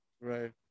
Right